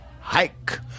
hike